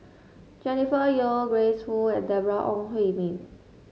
Jennifer Yeo Grace Fu and Deborah Ong Hui Min